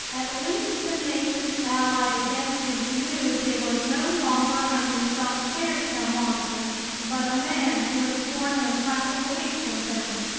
at least the nations allied against him knew they were no longer hunting some fairy-tale monster, but a man who had sworn an implacable hate toward them!